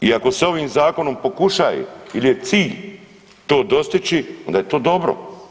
I ako se ovim Zakonom pokušaje, ili je cilj to dostići onda je to dobro.